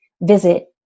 visit